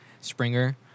Springer